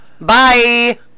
Bye